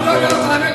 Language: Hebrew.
מה לא היה קיצוץ?